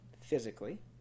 physically